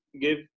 give